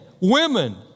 women